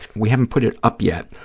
we haven't put it up yet,